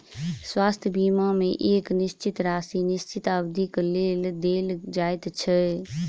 स्वास्थ्य बीमा मे एक निश्चित राशि निश्चित अवधिक लेल देल जाइत छै